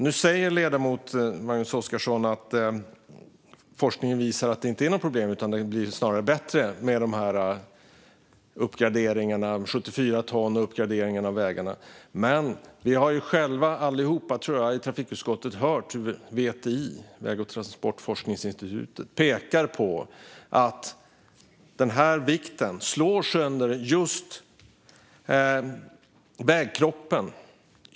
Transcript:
Nu säger ledamoten Magnus Oscarsson att forskningen visar att det inte är något problem utan att det snarare blir bättre med dessa lastbilar på 74 ton och uppgraderingen av vägarna. Men jag tror att vi alla i trafikutskottet hört att VTI, Statens väg och transportforskningsinstitut, pekar på att 74 ton tunga lastbilar slår sönder just vägkroppen.